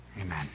amen